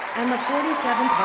and the forty seventh